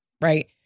Right